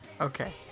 Okay